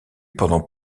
pendant